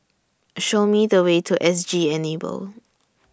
Show Me The Way to S G Enable